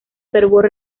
fervor